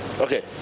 okay